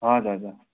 हजुर हजुर